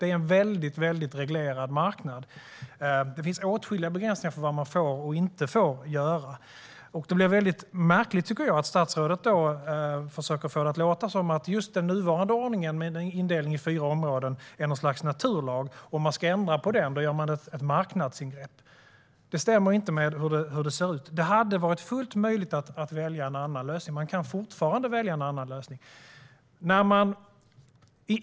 Det här är en väldigt reglerad marknad med åtskilliga begränsningar för vad man får och inte får göra. Det blir märkligt om statsrådet försöker få det att låta som om nuvarande ordning med en indelning i fyra områden är ett slags naturlag och om man ändrar på detta är det ett marknadsingrepp. Det stämmer inte med hur det ser ut. Att välja en annan lösning hade varit fullt möjligt. Man kan fortfarande göra det.